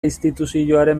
instituzioaren